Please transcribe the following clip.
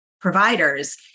providers